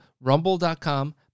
rumble.com